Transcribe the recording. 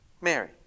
Mary